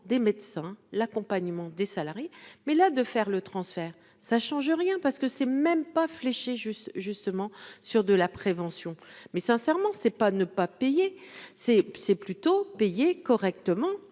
des médecins, l'accompagnement des salariés mais, là, de faire le transfert, ça change rien parce que c'est même pas fléché juste justement sur de la prévention, mais sincèrement c'est pas ne pas payer, c'est c'est plutôt payer correctement